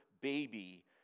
baby